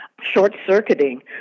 short-circuiting